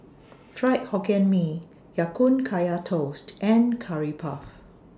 Fried Hokkien Mee Ya Kun Kaya Toast and Curry Puff